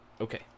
Okay